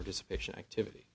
participation activity